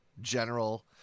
general